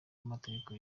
amategeko